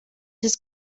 his